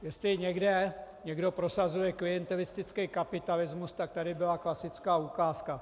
Jestli někde někdo prosazuje klientelistický kapitalismus, tak tady byla klasická ukázka.